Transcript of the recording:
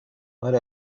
what